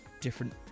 different